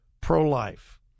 pro-life